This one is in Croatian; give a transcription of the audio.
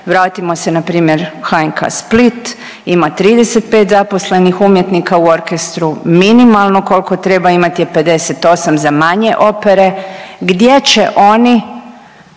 vratimo se, npr. HNK Split ima 35 zaposlenih umjetnika u orkestru, minimalno kolko treba imat je 58 za manje opere gdje će oni